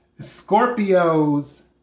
Scorpios